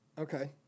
Okay